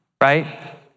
right